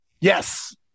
Yes